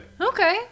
Okay